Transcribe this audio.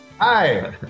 Hi